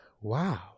Wow